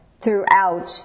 throughout